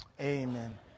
Amen